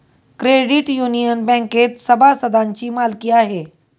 credit union बँकेत सभासदांची मालकी आहे